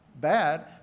bad